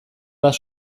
bat